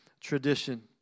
tradition